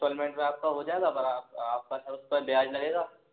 instalment में आपका हो जाएगा आपका सर उस पे ब्याज लगेगा